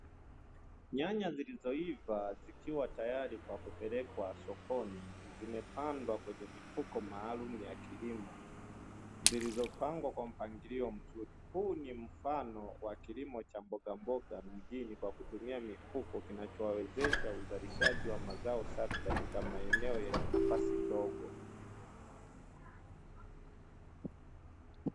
Nyanya zilizoiva zikiwa tayari kwa kupelekwa sokoni zimepandwa kwenye mifuko maalumu ya kilimo, zilizopangwa kwa mpangilio mzuri. Huu ni mfano wa kilimo cha mbogamboga mjini kwa kutumia mifuko kinachowawezesha ualishaji wa mazao safi katika maeneo yenye nafasi ndogo.